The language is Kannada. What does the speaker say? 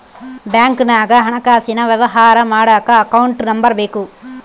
ಬ್ಯಾಂಕ್ನಾಗ ಹಣಕಾಸಿನ ವ್ಯವಹಾರ ಮಾಡಕ ಅಕೌಂಟ್ ನಂಬರ್ ಬೇಕು